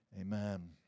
Amen